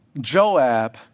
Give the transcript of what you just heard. Joab